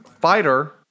fighter